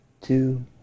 two